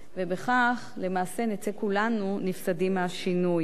ובכך למעשה נצא כולנו נפסדים מהשינוי.